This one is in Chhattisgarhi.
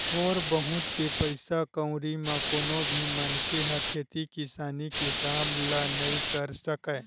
थोर बहुत के पइसा कउड़ी म कोनो भी मनखे ह खेती किसानी के काम ल नइ कर सकय